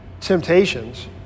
temptations